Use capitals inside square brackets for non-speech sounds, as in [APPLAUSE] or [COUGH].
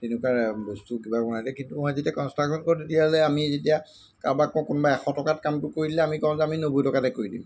তেনেকুৱা বস্তু কিবা [UNINTELLIGIBLE] কিন্তু মই যেতিয়া কনষ্ট্ৰাকশ্যন কৰোঁ তেতিয়াহ'লে আমি যেতিয়া কাৰোবাক কওঁ কোনোবাই এশ টকাত কামটো কৰি দিলে আমি কওঁ যে আমি নব্বৈ টকাতে কৰি দিম